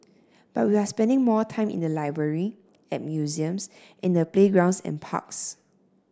but we are spending more time in the library at museums in the playgrounds and parks